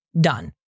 done